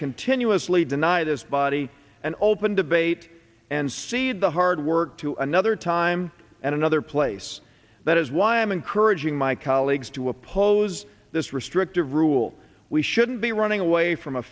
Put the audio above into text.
continuously deny this body and open debate and cede the hard work to another time and another place that is why i am encouraging my colleagues to oppose this restrictive rule we shouldn't be running away from a